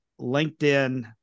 LinkedIn